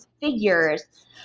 figures